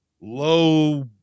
low